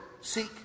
seek